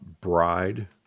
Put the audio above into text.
bride